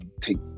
take